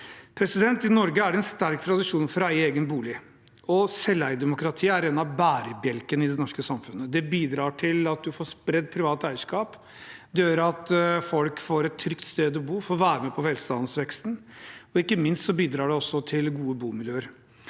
I Norge er det en sterk tradisjon for å eie egen bolig, og selveierdemokratiet er en av bærebjelkene i det norske samfunnet. Det bidrar til at en får spredt privat eierskap, det gjør at folk får et trygt sted å bo og får være med på velstandsveksten, og ikke minst bidrar det også til gode bomiljøer.